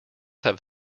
have